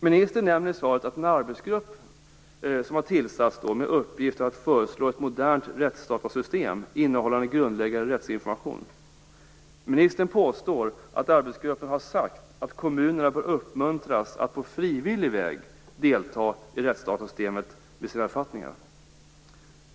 Ministern nämner i svaret att det har tillsatts en arbetsgrupp med uppgift att föreslå ett modernt rättsdatasystem innehållande grundläggande rättsinformation. Ministern påstår att arbetsgruppen har sagt att kommunerna bör uppmuntras att på frivillig väg delta i rättsdatasystemet med sina författningar.